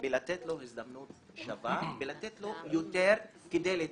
ולתת לו הזדמנות שווה ולתת לו יותר כדי להתחזק?